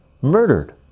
murdered